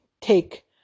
take